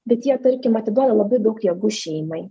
bet jie tarkim atiduoda labai daug jėgų šeimai